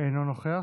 אינו נוכח.